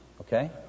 Okay